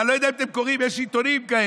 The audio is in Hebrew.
ואני לא יודע אם אתם קוראים, יש עיתונים כאלה.